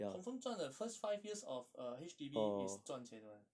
confirm 赚的 first five years of uh H_D_B is 赚钱 [one]